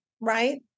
right